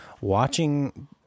watching